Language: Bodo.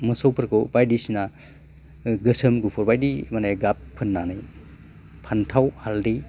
मोसौफोरखौ बायदिसिना गोसोम गुफुर बायदि माने गाब फोननानै फान्थाव हालदै